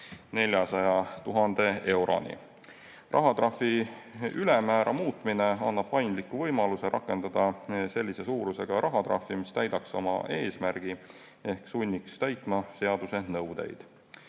400 000 euroni. Rahatrahvi ülemmäära muutmine annab paindliku võimaluse rakendada sellise suurusega rahatrahvi, mis täidaks oma eesmärgi ehk sunniks täitma seaduse nõudeid.